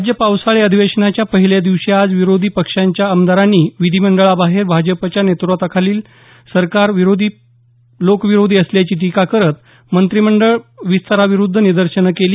राज्य पावसाळी अधिवेशनाच्या पहिल्या दिवशी आज विरोधी पक्षाच्या आमदारांनी विधीमंडळाबाहेर भाजपच्या नेतृत्वाखालील सरकार लोकविरोधी असल्याची टीका करत आणि मंत्रिमंडळ विस्ताराविरुद्ध निदर्शनं केली